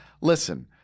Listen